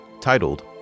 titled